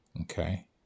Okay